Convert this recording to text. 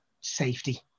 safety